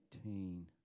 eighteen